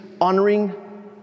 honoring